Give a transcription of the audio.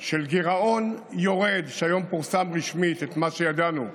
של גירעון יורד, שהיום פורסם רשמית מה שידענו,